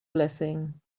blessing